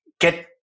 get